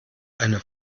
eine